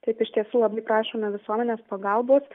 taip iš tiesų labai prašome visuomenės pagalbos